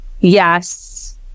yes